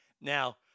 Now